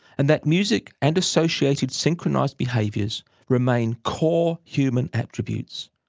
and that music and associated synchronised behaviours remain core human attributes,